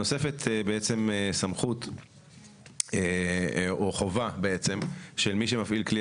נוספת סמכות או חובה של מי שמפעיל כלי